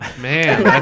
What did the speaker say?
Man